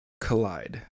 collide